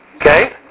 Okay